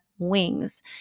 wings